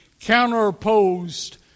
counterposed